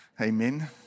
Amen